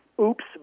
oops